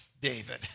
David